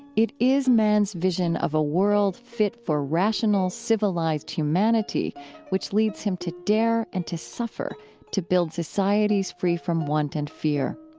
it is man's vision of a world fit for rational, civilized humanity which leads him to dare and to suffer to build societies free from want and fear.